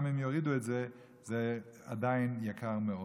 גם אם יורידו את זה, זה עדיין יקר מאוד,